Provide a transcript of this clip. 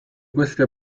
queste